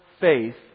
faith